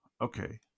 Okay